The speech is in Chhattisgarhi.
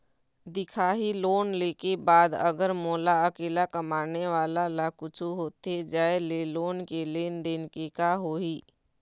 दिखाही लोन ले के बाद अगर मोला अकेला कमाने वाला ला कुछू होथे जाय ले लोन के लेनदेन के का होही?